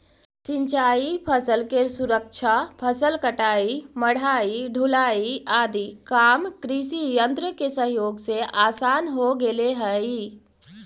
सिंचाई फसल के सुरक्षा, फसल कटाई, मढ़ाई, ढुलाई आदि काम कृषियन्त्र के सहयोग से आसान हो गेले हई